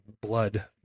blood